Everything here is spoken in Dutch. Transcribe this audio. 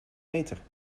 meter